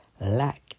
lack